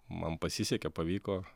man pasisekė pavyko